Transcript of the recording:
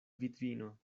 vidvino